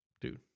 Dude